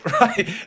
Right